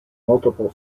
multiple